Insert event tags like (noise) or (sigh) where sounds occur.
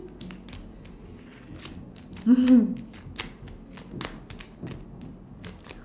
(laughs)